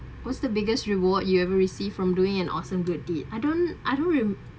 what's the biggest reward you ever received from doing an awesome good deed I don't I don't remember